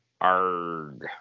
arg